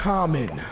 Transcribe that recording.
Common